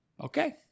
okay